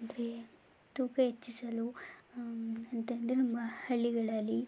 ಅಂದರೆ ತೂಕ ಹೆಚ್ಚಿಸಲು ಅಂತ ಅಂದ್ರೆ ನಮ್ಮ ಹಳ್ಳಿಗಳಲ್ಲಿ